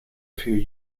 few